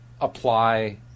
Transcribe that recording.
apply